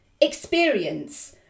experience